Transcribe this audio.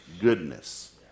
goodness